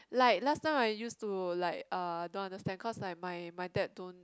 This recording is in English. like last time I use to like uh don't understand cause like my my dad don't